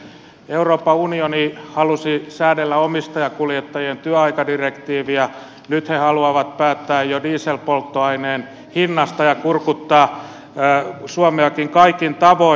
euroopan unioni halusi säädellä omistajakuljettajien työaikadirektiiviä nyt he haluavat päättää jo dieselpolttoaineen hinnasta ja kurkuttaa suomeakin kaikin tavoin